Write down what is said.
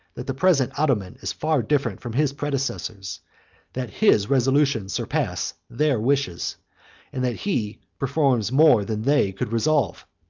that the present ottoman is far different from his predecessors that his resolutions surpass their wishes and that he performs more than they could resolve.